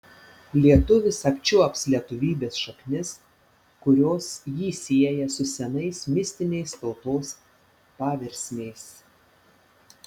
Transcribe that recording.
lietuvis apčiuops lietuvybės šaknis kurios jį sieja su senais mistiniais tautos paversmiais